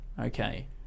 Okay